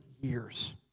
years